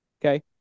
Okay